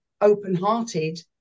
open-hearted